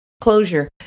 closure